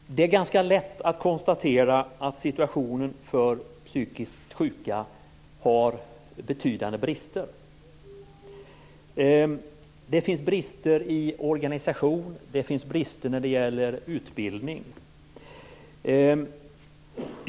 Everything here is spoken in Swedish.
Herr talman! Det är ganska lätt att konstatera att situationen för psykiskt sjuka har betydande brister. Det finns brister i organisation, det finns brister när det gäller utbildning.